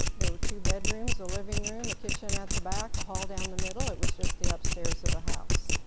there were two bedrooms, a living room, a kitchen at the back, a hall down the middle. it was just the upstairs of a house.